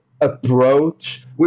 approach